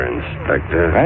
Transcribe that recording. Inspector